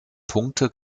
punkte